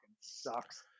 sucks